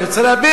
אני רוצה להבין.